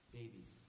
babies